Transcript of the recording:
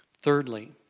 Thirdly